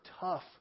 tough